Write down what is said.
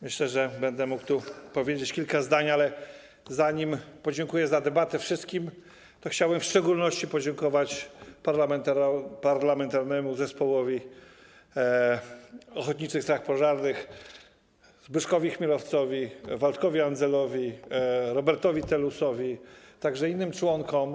Myślę, że będę mógł tu powiedzieć kilka zdań, ale zanim podziękuję wszystkim za debatę, to chciałbym w szczególności podziękować parlamentarnemu zespołowi ochotniczych straży pożarnych, Zbyszkowi Chmielowcowi, Waldkowi Andzelowi, Robertowi Telusowi, a także innym członkom.